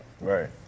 Right